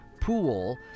pool